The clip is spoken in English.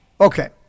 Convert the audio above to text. Okay